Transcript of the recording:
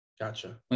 Gotcha